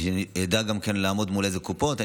כדי שאני אדע גם מול איזה קופות לעמוד.